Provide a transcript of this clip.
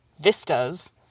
vistas